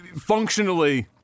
functionally